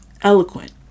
Eloquent